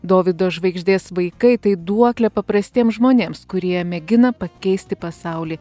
dovydo žvaigždės vaikai tai duoklė paprastiem žmonėms kurie mėgina pakeisti pasaulį